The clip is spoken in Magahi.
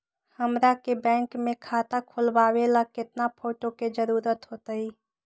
हमरा के बैंक में खाता खोलबाबे ला केतना फोटो के जरूरत होतई?